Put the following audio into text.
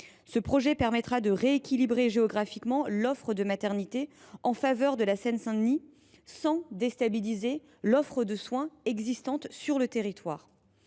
Ce projet permettra de rééquilibrer géographiquement l’offre de maternité en faveur de la Seine Saint Denis, sans déstabiliser l’offre de soins du territoire.